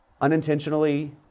unintentionally